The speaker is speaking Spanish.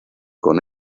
con